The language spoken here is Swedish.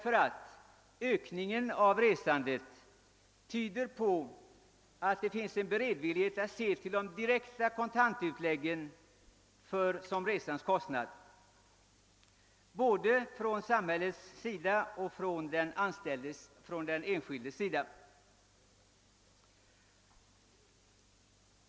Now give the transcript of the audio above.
Ökningen av resandet tyder nämligen på att det finns en beredvillighet att betrakta de direkta kontantutläggen som resans kostnad både från samhällets sida och från den enskildes sida.